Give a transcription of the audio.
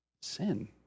Sin